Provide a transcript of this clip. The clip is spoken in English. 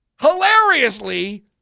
hilariously